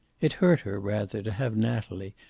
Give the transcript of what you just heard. it hurt her, rather, to have natalie,